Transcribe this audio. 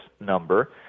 number